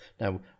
Now